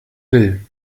will